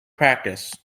practiced